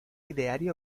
ideario